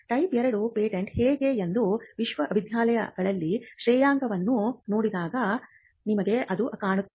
type 2 patent ಹೇಗೆ ಎಂದು ವಿಶ್ವವಿದ್ಯಾಲಯಗಳ ಶ್ರೇಯಾಂಕವನ್ನು ನೋಡಿದಾಗ ನೋಡುತ್ತೇವೆ